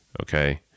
Okay